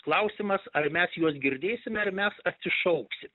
klausimas ar mes juos girdėsime ar mes atsišauksim